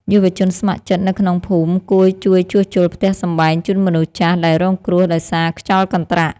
យុវជនស្ម័គ្រចិត្តនៅក្នុងភូមិគួរជួយជួសជុលផ្ទះសម្បែងជូនមនុស្សចាស់ដែលរងគ្រោះដោយសារខ្យល់កន្ត្រាក់។